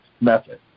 method